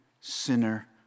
sinner